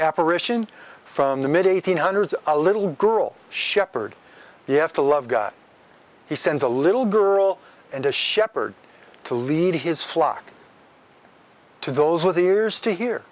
ition from the mid eighty's hundreds a little girl shepherd you have to love god he sends a little girl and a shepherd to lead his flock to those with ears to he